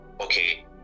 okay